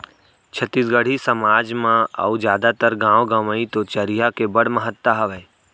छत्तीसगढ़ी समाज म अउ जादातर गॉंव गँवई तो चरिहा के बड़ महत्ता हावय